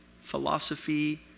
philosophy